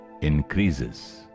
increases